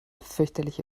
fürchterliche